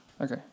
Okay